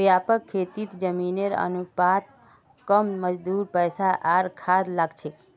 व्यापक खेतीत जमीनेर अनुपात कम मजदूर पैसा आर खाद लाग छेक